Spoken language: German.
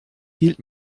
hielt